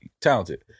Talented